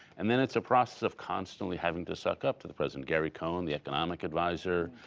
and then it's a process of constantly having to suck up to the president. gary cohn, the economic adviser,